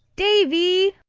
davy!